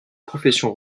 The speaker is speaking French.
profession